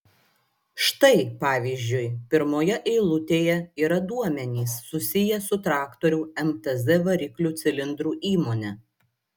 štai pavyzdžiui pirmoje eilutėje yra duomenys susiję su traktorių mtz variklių cilindrų įmone